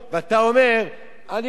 אני לא רוצה את הכאב ראש הזה.